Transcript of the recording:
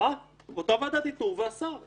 אותה ועדת איתור והשר,